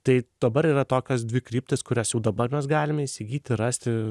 tai dabar yra tokios dvi kryptys kurias jau dabar mes galime įsigyti rasti